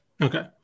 Okay